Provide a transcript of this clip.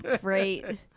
great